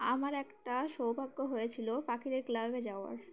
আমার একটা সৌভাগ্য হয়েছিল পাখিদের ক্লাবে যাওয়ার